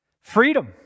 freedom